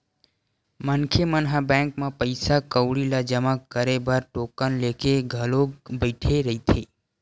मनखे मन ह बैंक म पइसा कउड़ी ल जमा करे बर टोकन लेके घलोक बइठे रहिथे